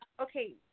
okay